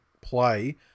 play